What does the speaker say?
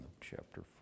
chapter